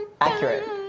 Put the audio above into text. Accurate